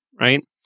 right